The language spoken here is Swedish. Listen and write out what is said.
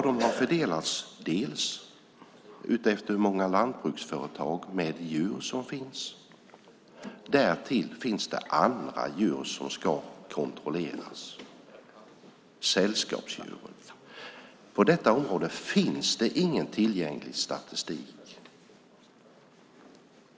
De har fördelats delvis efter hur många lantbruksföretag med djur som finns. Därtill finns det andra djur som ska kontrolleras, nämligen sällskapsdjur. På detta område finns det ingen tillgänglig statistik.